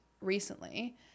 recently